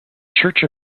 church